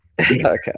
Okay